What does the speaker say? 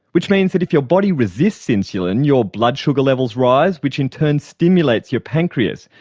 which means that if your body resists insulin, your blood sugar levels rise, which in turn stimulates your pancreas,